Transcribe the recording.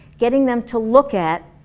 getting them to look at,